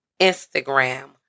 Instagram